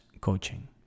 coaching